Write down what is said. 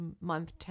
month